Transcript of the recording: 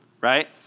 right